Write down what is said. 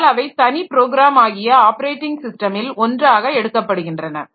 ஆனால் அவை தனி ப்ரோக்ராமாகிய ஆப்பரேட்டிங் ஸிஸ்டமில் ஒன்றாக எடுக்கப்படுகின்றன